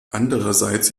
andererseits